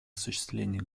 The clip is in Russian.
осуществление